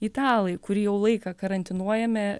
italai kurį jau laiką karantinuojami